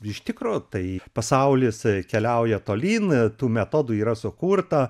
iš tikro tai pasaulis keliauja tolyn tų metodų yra sukurta